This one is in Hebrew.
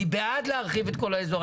אני בעד להרחיב את כל האיזור,